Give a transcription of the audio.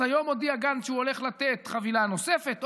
אז היום הודיע גנץ שהוא הולך לתת חבילה נוספת,